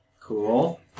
Cool